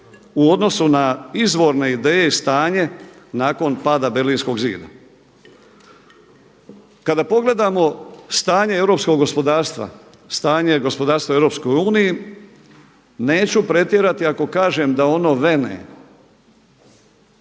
u odnosu na izvorne ideje i stanje nakon pada Berlinskog zida. Kada pogledamo stanje europskog gospodarstva, stanje gospodarstva u Europskoj uniji neću pretjerati ako kažem da ono vene.